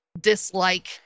dislike